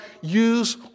use